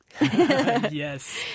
yes